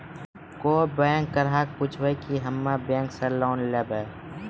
कोई बैंक ग्राहक पुछेब की हम्मे बैंक से लोन लेबऽ?